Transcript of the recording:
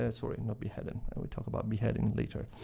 ah sorry, not beheaded, i will talk about beheading later.